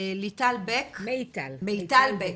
מיטל בק